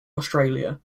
australia